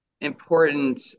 important